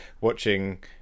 watching